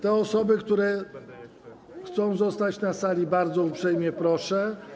Te osoby, które chcą zostać na sali, bardzo uprzejmie proszę.